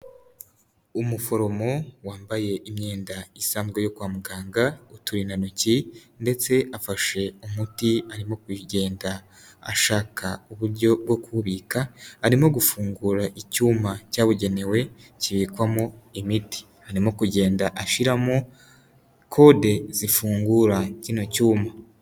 Umuforomo wambaye imyenda isanzwe yo kwa muganga, uturindantoki ndetse afashe umuti arimo kugenda ashaka uburyo bwo kuwubika, arimo gufungura icyuma cyabugenewe kibikwamo imiti. Arimo kugenda ashyiramo kode zifungura kino cyuma.